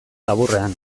laburrean